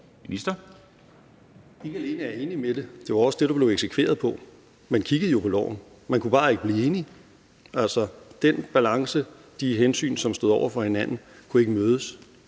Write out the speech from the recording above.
Hækkerup): Ikke alene er jeg enig i det, det var også det, der blev eksekveret på. Man kiggede jo på loven, man kunne bare ikke blive enige. De hensyn, der stod over for hinanden, kunne ikke mødes.